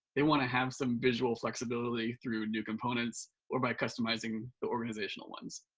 they want to have some visual flexibility through new components or by customizing the organizational ones.